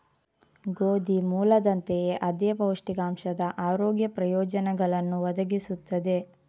ಗೋಧಿ ಮೂಲದಂತೆಯೇ ಅದೇ ಪೌಷ್ಟಿಕಾಂಶದ ಆರೋಗ್ಯ ಪ್ರಯೋಜನಗಳನ್ನು ಒದಗಿಸುತ್ತದೆ